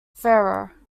ferrer